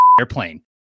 airplane